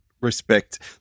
respect